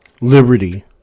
liberty